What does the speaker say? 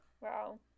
Wow